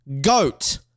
GOAT